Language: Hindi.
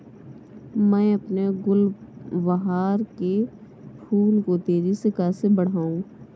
मैं अपने गुलवहार के फूल को तेजी से कैसे बढाऊं?